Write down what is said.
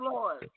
Lord